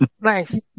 nice